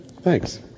Thanks